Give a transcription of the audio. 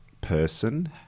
person